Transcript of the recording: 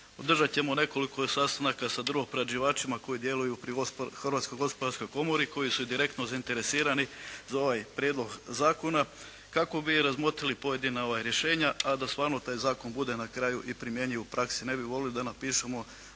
održati ćemo nekoliko sastanaka sa drvoprerađivačima koji djeluju pri Hrvatskoj gospodarskoj komori koji su direktno zainteresirani za ovaj prijedlog zakona kako bi razmotrili pojedina ova rješenja a da stvarno taj zakon bude na kraju i primjenjiv u praksi. Ne bih volio da napišemo